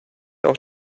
auch